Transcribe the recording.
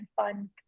fun